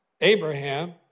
Abraham